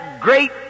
great